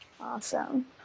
Awesome